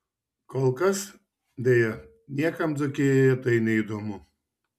kol kas deja niekam dzūkijoje tai neįdomu